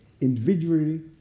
Individually